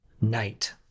Night